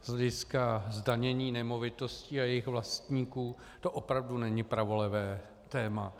Z hlediska zdanění nemovitostí a jejich vlastníků to opravdu není pravolevé téma.